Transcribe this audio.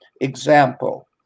example